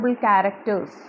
characters